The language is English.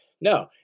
no